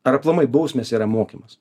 ar aplamai bausmės yra mokymas